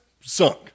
sunk